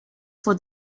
for